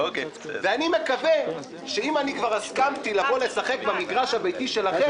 ואני מקווה שאם אני כבר הסכמתי לבוא לשחק במגרש הביתי שלכם,